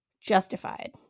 justified